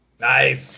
Nice